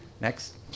Next